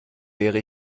wäre